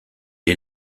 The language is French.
est